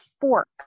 fork